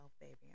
baby